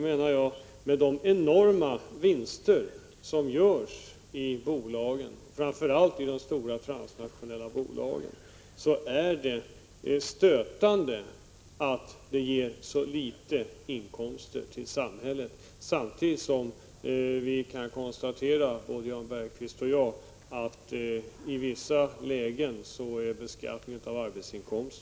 .Med tanke på de enorma vinster som görs i bolagen — framför allt i de stora transnationella bolagen — är det stötande att